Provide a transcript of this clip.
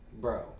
Bro